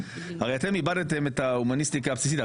הרי אתם איבדתם את ההומניסטיקה הבסיסית.